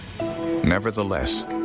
Nevertheless